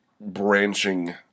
branching